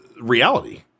reality